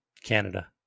Canada